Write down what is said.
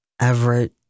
Everett